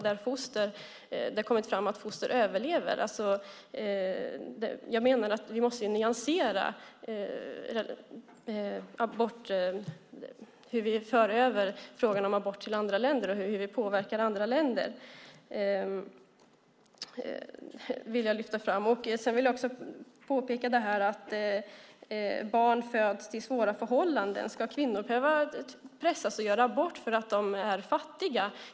Det har kommit fram att foster överlever. Jag menar att vi måste nyansera hur vi för över frågan om abort till andra länder och hur vi påverkar andra länder. Det vill jag lyfta fram. Jag vill också påpeka något när det gäller detta att barn föds till svåra förhållanden. Ska kvinnor behöva pressas att göra abort för att de är fattiga?